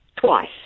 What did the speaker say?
twice